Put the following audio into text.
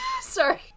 Sorry